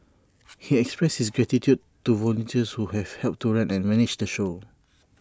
he expressed his gratitude to volunteers who have helped to run and manage the show